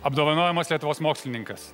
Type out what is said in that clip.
apdovanojamas lietuvos mokslininkas